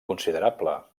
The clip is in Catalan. considerable